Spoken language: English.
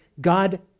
God